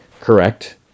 Correct